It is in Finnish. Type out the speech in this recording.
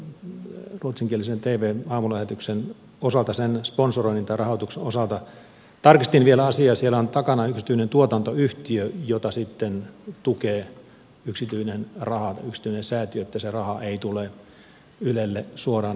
min morgon ohjelman ruotsinkielisen tvn aamulähetyksen osalta sen sponsoroinnin tai rahoituksen osalta tarkistin vielä asiaa ja siellä on takana yksityinen tuotantoyhtiö jota sitten tukee yksityinen raha yksityinen säätiö että se raha ei tule ylelle suoraan